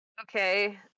Okay